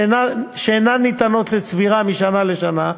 שאינן ניתנות לצבירה משנה לשנה,